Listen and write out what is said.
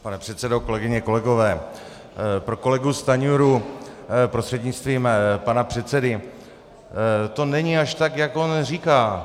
Pane předsedo, kolegyně, kolegové, pro kolegu Stanjuru prostřednictvím pana předsedy: To není až tak, jak on říká.